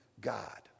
God